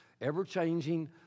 ever-changing